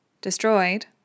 Destroyed